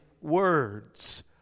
words